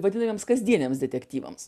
vadinamiems kasdieniams detektyvams